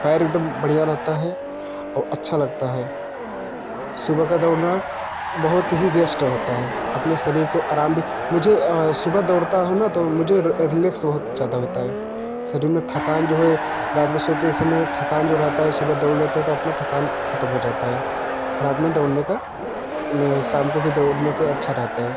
पैर एक दम बढ़िया रहता है और अच्छा लगता है सुबह का दौड़ना बहुत ही बेस्ट रहता है अपने शरीर को आराम भी मुझे सुबह दौड़ता हूँ ना तो मुझे रिलैक्स बहुत ज़्यादा होता है शरीर में थकान जो है रात को सोते समय थकान जो रहता है सुबह दौड़ लेते है तो अपना थकान ख़तम हो जाता है रात में दौड़ने का शाम को भी दौड़ने से अच्छा रहता है